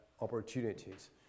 opportunities